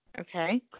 Okay